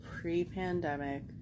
pre-pandemic